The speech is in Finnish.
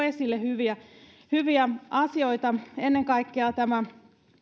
esille hyviä hyviä asioita ennen kaikkea tämä